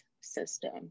system